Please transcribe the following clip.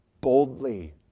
boldly